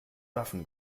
waffen